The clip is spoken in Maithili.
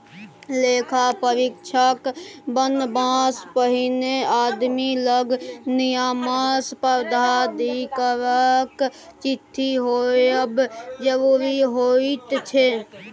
लेखा परीक्षक बनबासँ पहिने आदमी लग नियामक प्राधिकरणक चिट्ठी होएब जरूरी होइत छै